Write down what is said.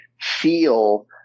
feel